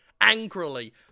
Angrily